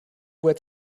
wet